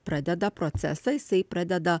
pradeda procesą jisai pradeda